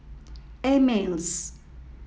Ameltz